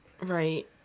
Right